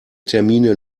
termine